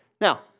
Now